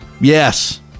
yes